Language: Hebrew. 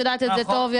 את יודעת את זה טוב,